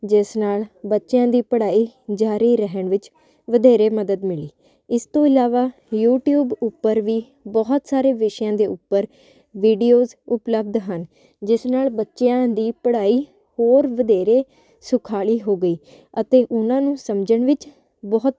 ਜਿਸ ਨਾਲ ਬੱਚਿਆਂ ਦੀ ਪੜ੍ਹਾਈ ਜਾਰੀ ਰਹਿਣ ਵਿੱਚ ਵਧੇਰੇ ਮਦਦ ਮਿਲੀ ਇਸ ਤੋਂ ਇਲਾਵਾ ਯੂਟੀਊਬ ਉੱਪਰ ਵੀ ਬਹੁਤ ਸਾਰੇ ਵਿਸ਼ਿਆਂ ਦੇ ਉੱਪਰ ਵੀਡੀਓਜ ਉਪਲਬਧ ਹਨ ਜਿਸ ਨਾਲ ਬੱਚਿਆਂ ਦੀ ਪੜਾਈ ਹੋਰ ਵਧੇਰੇ ਸੁਖਾਲੀ ਹੋ ਗਈ ਅਤੇ ਉਹਨਾਂ ਨੂੰ ਸਮਝਣ ਵਿੱਚ ਬਹੁਤ